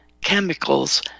chemicals